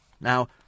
Now